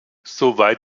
soweit